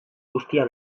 guztia